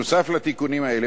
נוסף על תיקונים אלה,